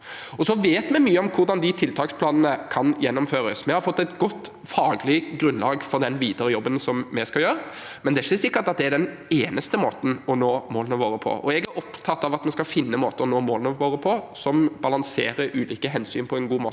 Vi vet mye om hvordan de tiltaksplanene kan gjennomføres. Vi har fått et godt faglig grunnlag for den videre jobben som vi skal gjøre, men det er ikke sikkert at det er den eneste måten å nå målene våre på. Jeg er opptatt av at vi skal finne måter å nå målene våre på som balanserer ulike hensyn på en god måte.